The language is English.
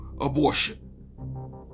abortion